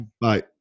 Bye